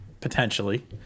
potentially